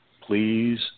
please